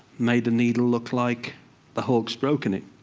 made a needle look like the hulk's broken it.